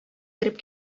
кереп